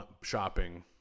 shopping